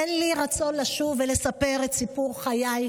אין לי רצון לשוב ולספר את סיפור חיי,